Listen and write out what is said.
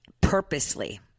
purposely